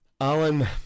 Alan